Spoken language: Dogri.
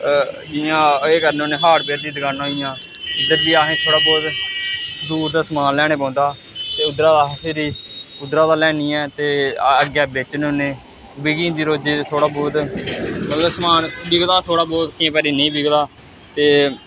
जियां एह् करने होन्ने हार्डवेयर दी दकानां होई गेइयां इद्धर बी असें थोह्ड़ा बहुत दूर दा समान लेई आना पौंदा ते उद्धरा दा फिरी उद्धरा दा लेआह्नियै ते अग्गें बेचने होन्ने बिकी जंदी रोजै दे थोह्ड़ा बहुत मतलब समान बिकदा थोह्ड़ा बहुत केईं बारी नेईं बिकदा ते